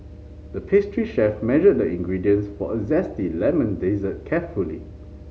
the pastry chef measured the ingredients for a zesty lemon dessert carefully